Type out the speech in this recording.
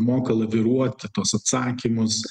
moka laviruoti tuos atsakymus